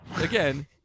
again